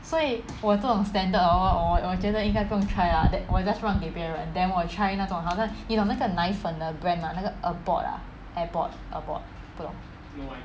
所以我这种 standard hor 我觉得应该不用 try lah 我 just 让给别人 then 我 try 那种好像你懂那个奶粉的 brand mah 那个 Abbott ah Abbott Abbott